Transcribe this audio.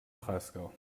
breisgau